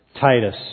Titus